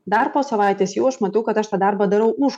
dar po savaitės jau aš matau kad aš tą darbą darau už